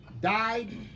died